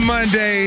Monday